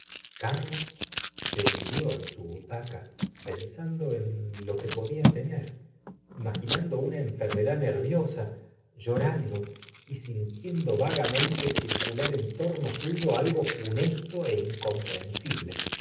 carlos se hundió en su butaca pensando en lo que podía tener imaginando una enfermedad nerviosa llorando y sintiendo vagamente circular en torno suyo algo funesto é incomprensible